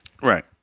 Right